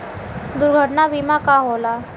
दुर्घटना बीमा का होला?